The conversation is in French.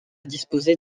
disposer